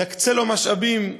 נקצה לו משאבים.